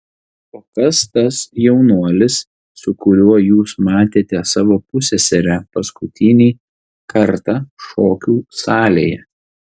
o kas tas jaunuolis su kuriuo jūs matėte savo pusseserę paskutinį kartą šokių salėje